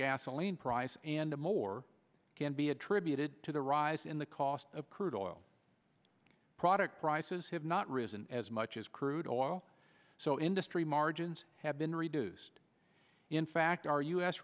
gasoline price and a more can be attributed to the rise in the cost of crude oil product prices have not risen as much as crude oil so industry margins have been reduced in fact our u